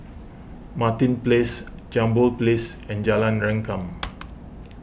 Martin Place Jambol Place and Jalan Rengkam